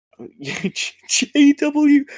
JW